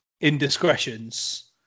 indiscretions